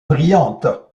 brillante